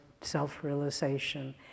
self-realization